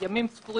3 נגד,